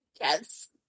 Yes